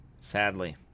Sadly